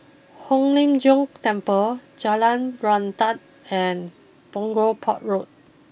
Hong Lim Jiong Temple Jalan Srantan and Punggol Port Road